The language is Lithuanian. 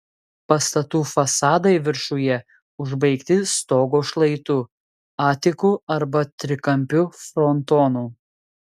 pastatų fasadai viršuje užbaigti stogo šlaitu atiku arba trikampiu frontonu